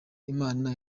imana